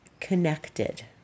connected